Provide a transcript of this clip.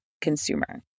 consumer